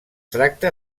tracta